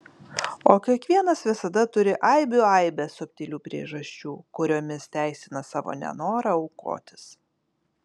o kiekvienas visada turi aibių aibes subtilių priežasčių kuriomis teisina savo nenorą aukotis